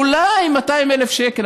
אולי 200,000 שקל,